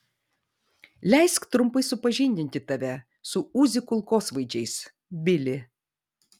leisk trumpai supažindinti tave su uzi kulkosvaidžiais bili